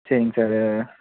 சரிங்க சாரு